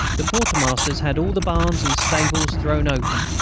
the quartermasters had all the barns and stables thrown open.